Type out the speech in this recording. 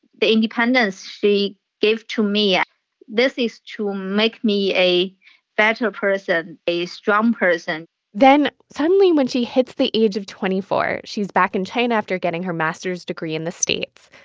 the independence she gave to me this is to make me a better person, a strong person then, suddenly, when she hits the age of twenty four, she's back in china after getting her master's degree in the states.